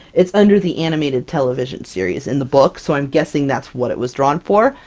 it's under the animated television series in the book, so i'm guessing that's what it was drawn for.